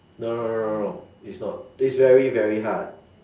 no no no no it's not it's very very hard